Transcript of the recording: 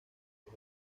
los